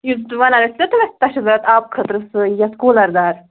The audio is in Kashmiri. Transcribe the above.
یُس سُہ وَنان ٲسۍ نہ تِم اَسہِ تۄہہِ چھُ زیادٕ آبہٕ خٲطرٕ سُے یَتھ کوٗلَردار